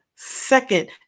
second